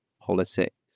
politics